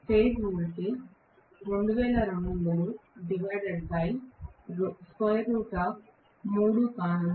phase voltage కానుంది